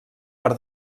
per